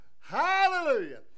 hallelujah